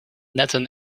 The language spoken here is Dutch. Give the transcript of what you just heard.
netten